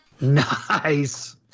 Nice